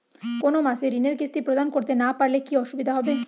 কোনো মাসে ঋণের কিস্তি প্রদান করতে না পারলে কি অসুবিধা হবে?